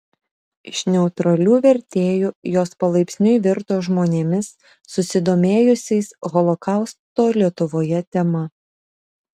iš neutralių vertėjų jos palaipsniui virto žmonėmis susidomėjusiais holokausto lietuvoje tema